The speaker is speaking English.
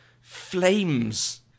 flames